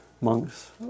monks